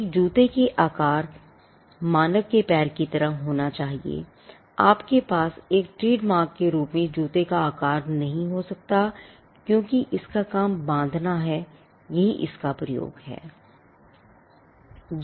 एक जूते का आकार मानव पैर की तरह होना चाहिए आपके पास एक ट्रेडमार्क के रूप में जूते का आकार नहीं हो सकता है क्योंकि इसका काम बाँधना है यही इसका उपयोग है